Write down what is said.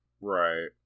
Right